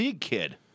kid